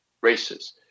races